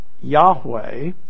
Yahweh